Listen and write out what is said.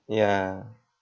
ya